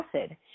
acid